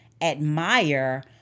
admire